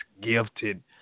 gifted